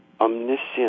omniscient